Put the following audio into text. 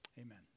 Amen